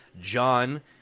John